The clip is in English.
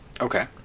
Okay